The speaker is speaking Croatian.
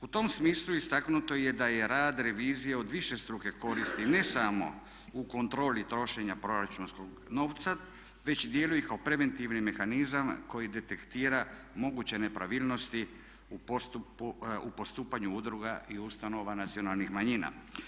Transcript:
U tom smislu istaknuto je da je rad revizije od višestruke koristi ne samo u kontroli trošenja proračunskog novca već djeluje i kao preventivni mehanizam koji detektira moguće nepravilnosti u postupanju udruga i ustanova nacionalnih manjina.